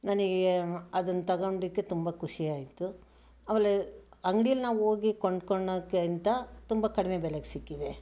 ನನಗೆ ಅದನ್ನು ತಗೊಂಡಿಕ್ಕೆ ತುಂಬ ಖುಷಿ ಆಯಿತು ಆಮೇಲೆ ಅಂಗಡಿಯಲ್ಲಿ ನಾವು ಹೋಗಿ ಕೊಂಡ್ಕೊಳ್ಳಕ್ಕಿಂತ ತುಂಬ ಕಡಿಮೆ ಬೆಲೆಗೆ ಸಿಕ್ಕಿದೆ